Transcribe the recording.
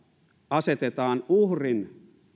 asetetaan uhrin